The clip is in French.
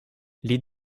les